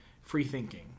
free-thinking